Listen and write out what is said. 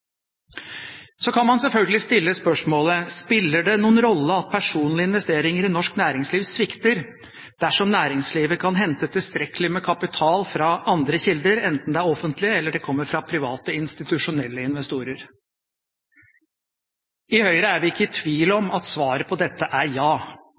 Så kan man selvfølgelig stille spørsmålet: Spiller det noen rolle at personlige investeringer i norsk næringsliv svikter dersom næringslivet kan hente tilstrekkelig med kapital fra andre kilder, enten offentlige eller private, institusjonelle investorer? I Høyre er vi ikke i tvil om